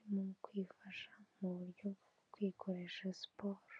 urimo kwifasha mu buryo bwo kwikoresha siporo.